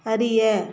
அறிய